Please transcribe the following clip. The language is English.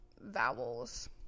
vowels